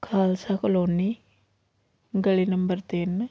Khalsa colony ਗਲੀ number ਤਿੰਨ